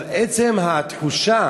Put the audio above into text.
אבל עצם התחושה